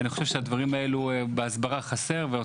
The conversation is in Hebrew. אני חושב שהדברים האלה חסרים בהסברה ואני